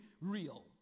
real